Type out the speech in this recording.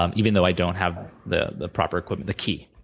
um even though i don't have the the proper equipment, the key,